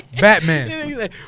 batman